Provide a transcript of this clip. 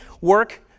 work